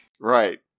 Right